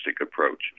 approach